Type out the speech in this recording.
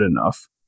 enough